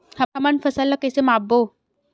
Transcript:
हमन फसल ला कइसे माप बो?